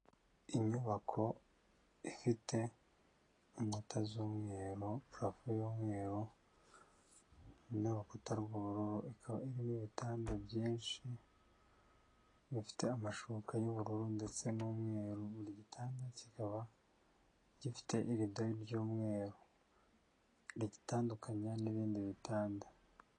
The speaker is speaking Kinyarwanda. Inyubako ifite inkuta z'umweru, parafo y'umweru n'urukuta rw'ubururu, ikaba irimo ibitanda byinshi bifite amashuka y'ubururu ndetse n'umweru. Buri gitanda kikaba gifite irido ry'umweru, rigitandukanya n'ibindi bitanda.